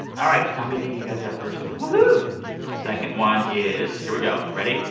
all right. tommy d, you got that first one woo-hoo second one is here we go. ready?